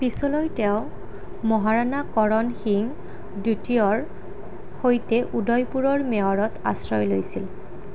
পিছলৈ তেওঁ মহাৰাণা কৰণ সিং দ্বিতীয়ৰ সৈতে উদয়পুৰৰ মেৱাৰত আশ্ৰয় লৈছিল